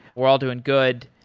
we're all doing good,